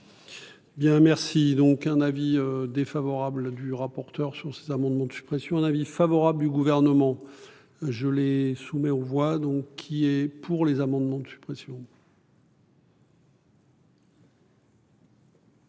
donc un avis défavorable du rapporteur sur ces amendements de suppression un avis favorable du gouvernement. Je les soumets on voit donc il est pour les amendements de suppression.